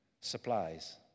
supplies